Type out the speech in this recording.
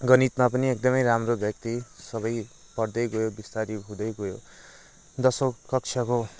गणितमा पनि एकदमै राम्रो व्यक्ति सबै पढ्दै गोयो बिस्तारै हुँदै गयो दसौँ कक्षाको